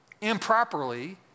improperly